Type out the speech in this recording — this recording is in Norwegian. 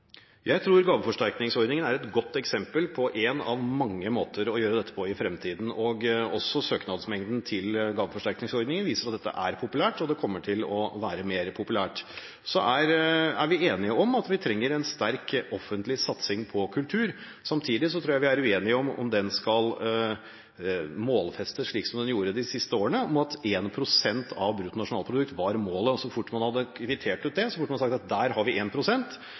Jeg tror gaveforsterkningsordningen er et godt eksempel på én av mange måter å gjøre dette på i fremtiden. Også søknadsmengden til gaveforsterkningsordningen viser at dette er populært, og det kommer til å bli mer populært. Så er vi enige om at vi trenger en sterk offentlig satsing på kultur. Samtidig tror jeg vi er uenige om at det skal målfestes slik det ble gjort de siste årene, ved at 1 pst. av bruttonasjonalprodukt var målet. Så fort man hadde kvittert ut det, burde man sagt at der har vi